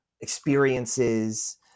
experiences